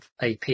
AP